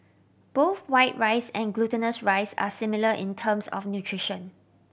both white rice and glutinous rice are similar in terms of nutrition